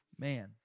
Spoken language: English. Man